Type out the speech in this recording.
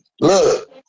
Look